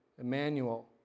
Emmanuel